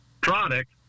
product